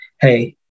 hey